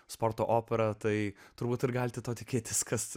sportą operą tai turbūt ir galite tikėtis kas